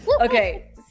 Okay